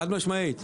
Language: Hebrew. חד-משמעית.